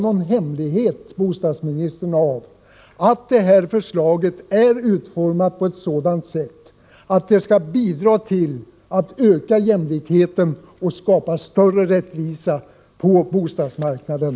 Låt oss inte, bostadsministern, göra någon hemlighet av att förslagen är utformade på ett sådant sätt att de bidrar till att öka jämlikheten och skapa större rättvisa på bostadsmarknaden.